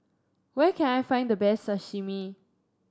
where can I find the best Sashimi